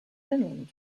finland